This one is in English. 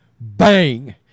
bang